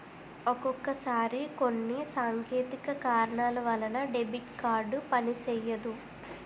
ఒక్కొక్కసారి కొన్ని సాంకేతిక కారణాల వలన డెబిట్ కార్డు పనిసెయ్యదు